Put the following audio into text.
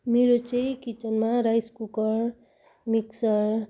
मेरो चाहिँ किचनमा राइस कुकर मिक्सचर